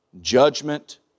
judgment